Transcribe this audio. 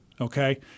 okay